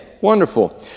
wonderful